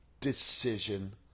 decision